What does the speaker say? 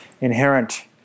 inherent